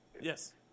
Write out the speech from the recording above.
yes